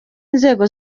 inzego